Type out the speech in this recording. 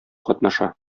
катнаша